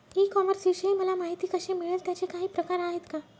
E कॉमर्सविषयी मला माहिती कशी मिळेल? त्याचे काही प्रकार आहेत का?